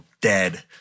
dead